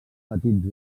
petits